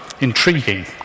Intriguing